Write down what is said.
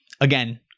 again